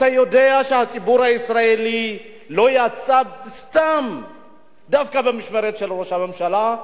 אתה יודע שהציבור הישראלי לא יצא סתם דווקא במשמרת של ראש הממשלה,